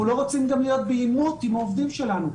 גם לא רוצים להיות בעימות עם העובדים שלנו .